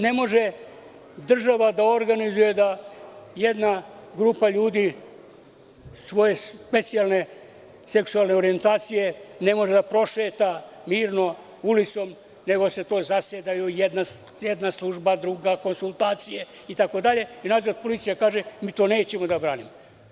Ne može država da organizuje da jedna grupa ljudi svoje specijalne seksualne orijentacije ne može da prošeta mirno ulicom, nego o tome zasedaju jedna služba, druga, konsultacije itd. i policija kaže – mi to nećemo da branimo.